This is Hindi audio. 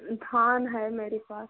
धान है मेरे पास